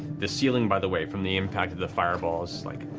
the ceiling, by the way, from the impact of the fireball, is like